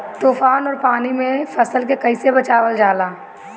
तुफान और पानी से फसल के कईसे बचावल जाला?